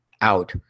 out